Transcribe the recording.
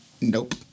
Nope